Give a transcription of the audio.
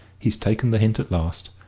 he's taken the hint at last.